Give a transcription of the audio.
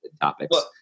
topics